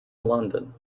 london